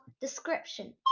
description